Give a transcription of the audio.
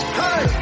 hey